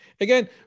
again